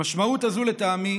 המשמעות הזאת לטעמי